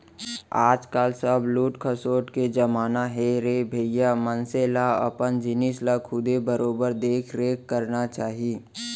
आज काल सब लूट खसोट के जमाना हे रे भइया मनसे ल अपन जिनिस ल खुदे बरोबर देख रेख करना चाही